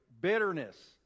bitterness